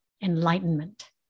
enlightenment